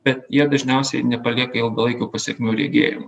bet jie dažniausiai nepalieka ilgalaikių pasekmių regėjimui